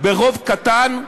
ברוב קטן,